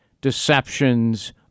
deceptions